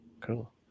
cool